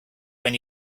when